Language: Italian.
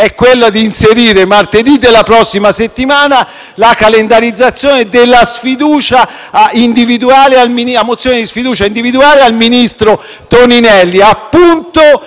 è di inserire per martedì della prossima settimana la calendarizzazione della mozione di sfiducia individuale al ministro Toninelli,